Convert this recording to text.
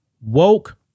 woke